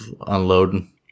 unloading